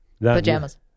Pajamas